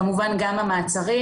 כמובן גם המעצרים,